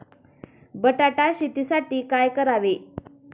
बटाटा शेतीसाठी काय करावे?